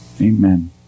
Amen